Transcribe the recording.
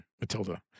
Matilda